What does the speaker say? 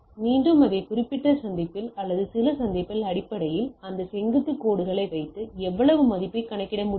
மீண்டும் இந்த குறிப்பிட்ட சந்திப்பில் அல்லது சில சந்திப்பில் அடிப்படையில் இந்த செங்குத்து கோடுகளை வைத்து எவ்வளவு மதிப்பைக் கணக்கிட முடியும்